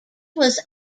was